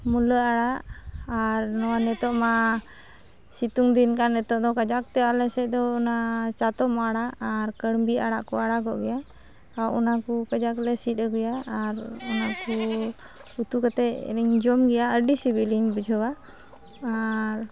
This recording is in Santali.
ᱢᱩᱞᱟᱹ ᱟᱲᱟᱜ ᱟᱨ ᱱᱚᱣᱟ ᱱᱤᱛᱚᱜᱢᱟ ᱥᱤᱛᱩᱝ ᱫᱤᱱᱠᱟᱱ ᱱᱤᱛᱚᱜᱫᱚ ᱠᱟᱡᱟᱠᱛᱮ ᱟᱞᱮᱥᱮᱫᱚ ᱚᱱᱟ ᱪᱟᱛᱚᱢ ᱟᱲᱟᱜ ᱟᱨ ᱠᱟᱹᱲᱵᱤ ᱟᱲᱟᱜᱠᱚ ᱟᱲᱟᱜᱚᱜ ᱜᱮᱭᱟ ᱟᱨ ᱚᱱᱟᱠᱚ ᱠᱟᱡᱟᱠᱞᱮ ᱥᱤᱫ ᱟᱹᱜᱩᱭᱟ ᱟᱨ ᱚᱱᱟᱠᱚ ᱩᱛᱩ ᱠᱟᱛᱮᱫᱤᱧ ᱡᱚᱢᱜᱮᱭᱟ ᱟᱹᱰᱤ ᱥᱤᱵᱤᱞᱤᱧ ᱵᱩᱡᱷᱟᱹᱣᱟ ᱟᱨ